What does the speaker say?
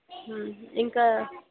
ఇంకా